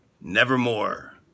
nevermore